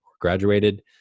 graduated